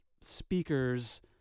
speaker's